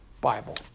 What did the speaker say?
Bible